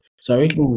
Sorry